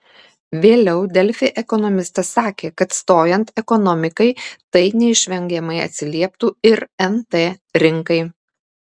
vėliau delfi ekonomistas sakė kad stojant ekonomikai tai neišvengiamai atsilieptų ir nt rinkai